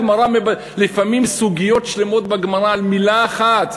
לפעמים סוגיות שלמות בגמרא על מילה אחת,